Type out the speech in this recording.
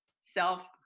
self